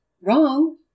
Wrong